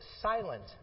silent